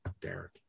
Derek